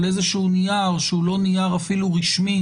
על איזשהו נייר שהוא לא נייר אפילו רשמי